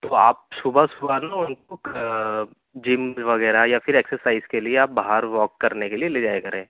تو آپ صُبح صُبح نا اُن كو جم وغیرہ یا پھر ایکسرسائز کے لیے آپ باہر واک کرنے کے لیے لے جایا کریں